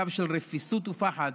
קו של רפיסות ופחד